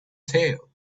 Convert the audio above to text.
tail